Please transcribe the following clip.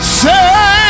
say